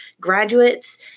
graduates